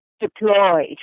deployed